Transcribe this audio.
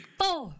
four